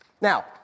Now